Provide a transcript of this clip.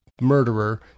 murderer